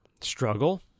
struggle